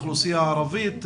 לאוכלוסייה הערבית,